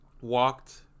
walked